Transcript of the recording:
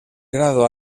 grado